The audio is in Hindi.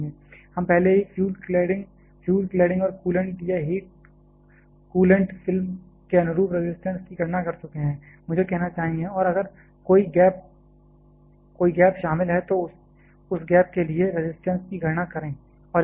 हम पहले ही फ्यूल क्लैडिंग और कूलेंट या हीट कूलेंट फिल्म के अनुरूप रजिस्टेंस की गणना कर चुके हैं मुझे कहना चाहिए और अगर कोई गैप शामिल है तो उस गैप के लिए रजिस्टेंस की गणना करें और इसमें जोड़ें